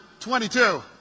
22